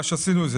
מה שעשינו,